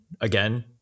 Again